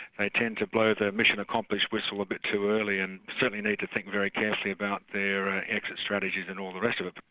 tend to blow their mission accomplished whistle a bit too early, and certainly need to think very carefully bout their exit strategies and all the rest of it.